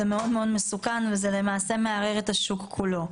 זה מאוד מסוכן ולמעשה זה מערער את השוק כולו.